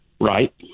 Right